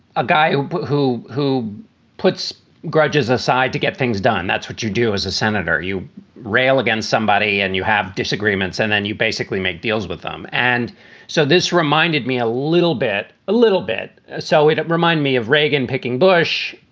a guy who who who puts grudges aside to get things done, that's what you do as a senator, you rail against somebody and you have disagreements and then you basically make deals with them. and so this reminded me a little bit. a little bit. so it reminds me of reagan picking bush,